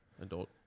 adult